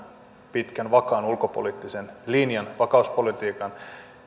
pitkän vakaan ulkopoliittisen linjan vakauspolitiikan